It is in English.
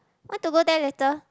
want to go there later